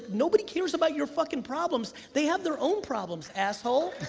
nobody cares about your fucking problems. they have their own problems, asshole.